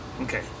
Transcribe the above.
okay